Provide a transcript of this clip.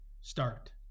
start